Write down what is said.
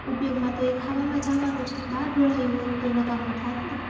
ઉપયોગમાં તો એ ખાવામાં જ આવાનું છે બાર ઢોળાયું હોત તો નકામું થાત ને